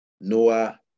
Noah